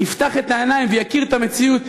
יפתח את העיניים ויכיר את המציאות,